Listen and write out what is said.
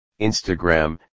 Instagram